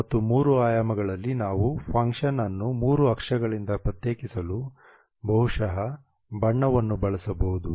ಮತ್ತು ಮೂರು ಆಯಾಮಗಳಲ್ಲಿ ನಾವು ಫಂಕ್ಷನ್ ಅನ್ನು ಮೂರು ಅಕ್ಷಗಳಿಂದ ಪ್ರತ್ಯೇಕಿಸಲು ಬಹುಶಃ ಬಣ್ಣವನ್ನು ಬಳಸಬಹುದು